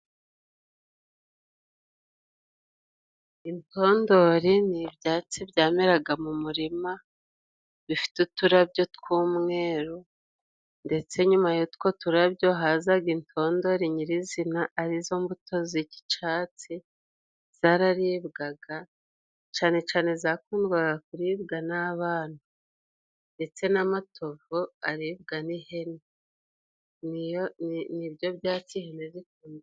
Intondori n'ibyatsi byameraga mu murima bifite uturabyo tw'umweru ndetse nyuma y'utwo turabyo hazaga intondori nyirizina ari zo mbuto z'icatsi zararibwaga, cane cane zakundwaga kuribwa n'abana ndetse n'amatovu aribwa n'ihene, nibyo byatsi ihene zikunda.